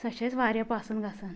سۄ چھِ اسہِ واریاہ پسنٛد گَژھان